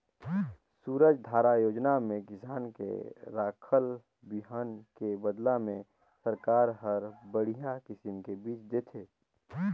सूरजधारा योजना में किसान के राखल बिहन के बदला में सरकार हर बड़िहा किसम के बिज देथे